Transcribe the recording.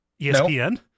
ESPN